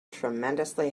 tremendously